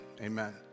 amen